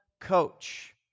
coach